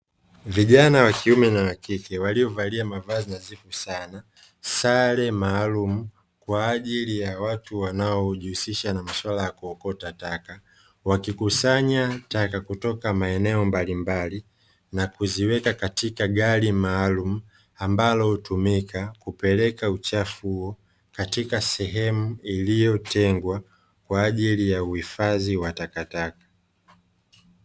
Vijana wa kiume na wa kike waliovalia mavazi nadhifu sana sare maalum kwa ajili ya watu wanaojihusisha na masuala ya kuokota taka, wakikusanya taka kutoka maeneo mbalimbali na kuziweka katika gari maalum ambalo tumeka kupeleka uchafu katika sehemu iliyotengwa kwa ajili ya uhifadhi wa takataka.